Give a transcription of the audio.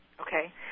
Okay